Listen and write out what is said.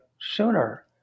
sooner